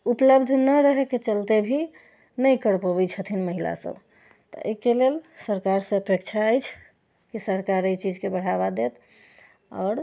उपलब्ध नहि रहैके चलते भी नहि करि पबैत छथिन महिला सभ तऽ एहिके लेल सरकारसँ अपेक्षा अछि कि सरकार ई चीजके बढ़ावा देत आओर